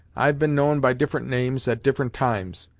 i've been known by different names, at different times.